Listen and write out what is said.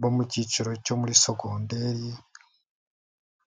bo mu kiciro cyo muri sogonderi.